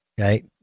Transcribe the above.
Okay